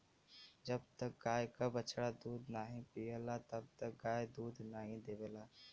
जब तक गाय क बछड़ा दूध नाहीं पियला तब तक गाय दूध नाहीं देवला